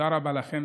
תודה רבה לכם,